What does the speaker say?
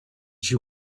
you